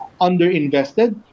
underinvested